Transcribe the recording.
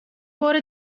بار